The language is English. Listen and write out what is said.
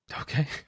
Okay